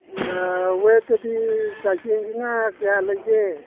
ꯋꯦꯠꯇꯗꯤ ꯆꯥꯏꯁꯦꯟꯁꯤꯅ ꯀꯌꯥ ꯂꯩꯒꯦ